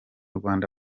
rwanda